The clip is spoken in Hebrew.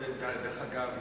דרך אגב,